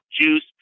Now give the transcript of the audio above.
juice